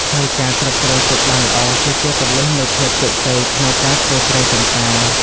ហើយការគ្រប់គ្រងទឹកបានល្អ គឺជាគន្លឹះនៃភាពជោគជ័យក្នុងការធ្វើស្រែចំការ។